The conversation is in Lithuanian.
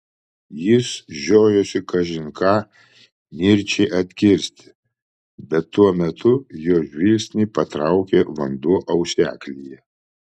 jis žiojosi kažin ką nirčiai atkirsti bet tuo metu jo žvilgsnį patraukė vanduo auseklyje